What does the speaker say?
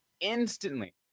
instantly